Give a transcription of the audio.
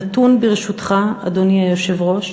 נתון, ברשותך, אדוני היושב-ראש: